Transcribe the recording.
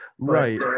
right